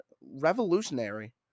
revolutionary